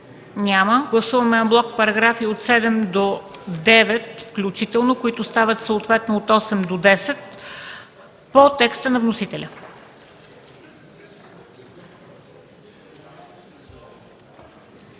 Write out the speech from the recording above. Няма. Гласуваме анблок параграфи от 7 до 9 включително, които стават съответно от 8 до 10 по текста на вносителя.